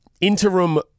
interim